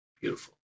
beautiful